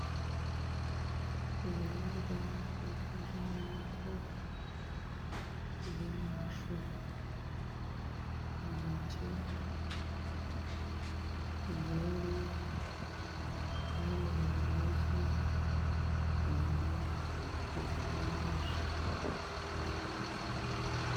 Ibiribwa byiganjemo imbuto, birimo amashu, imineke, inkeri, iruhande hari amagi, inyama na forumaje.